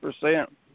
percent